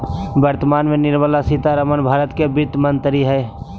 वर्तमान में निर्मला सीतारमण भारत के वित्त मंत्री हइ